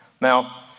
Now